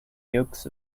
yolks